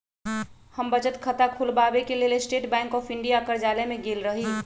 हम बचत खता ख़ोलबाबेके लेल स्टेट बैंक ऑफ इंडिया के कर्जालय में गेल रही